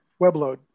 WebLoad